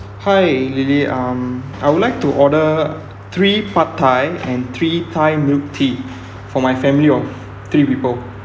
hi lily um I would like to order three pad thai and three thai milk tea for my family of three people